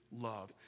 love